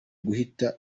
guhitana